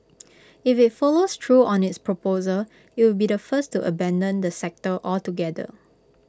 if IT follows through on its proposal IT would be the first to abandon the sector altogether